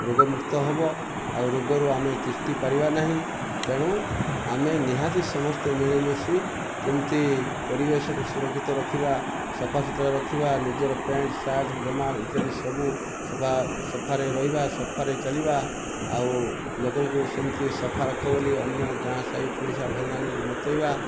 ରୋଗମୁକ୍ତ ହେବ ଆଉ ରୋଗରୁ ଆମେ ତିଷ୍ଠି ପାରିବା ନାହିଁ ତେଣୁ ଆମେ ନିହାତି ସମସ୍ତେ ମିଳିମିଶି କେମିତି ପରିବେଶକୁ ସୁରକ୍ଷିତ ରଖିବା ସଫାସୁତରା ରଖିବା ନିଜର ପ୍ୟାଣ୍ଟ ସାର୍ଟ ଜାମା ଇତ୍ୟାଦି ସବୁ ସଫା ସଫାରେ ରହିବା ସଫାରେ ଚାଲିବା ଆଉ ଲୋକଙ୍କୁ ସେମିତି ସଫା ରଖ ବୋଲି ଅନ୍ୟ ଗାଁ ସାହି ପଡ଼ିଶା ଭାଇମାନଙ୍କୁ ମତାଇବା